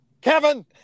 Kevin